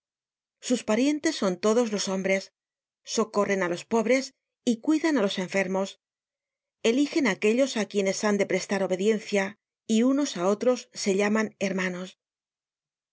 sus parientes son todos los hombres socorren á los pobres y cuidan á los enfermos eligen aquellos á quienes han de prestar obediencia y unos á otros se llaman hermanos